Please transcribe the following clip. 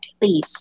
please